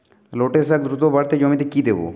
লটে শাখ দ্রুত বাড়াতে জমিতে কি দেবো?